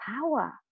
power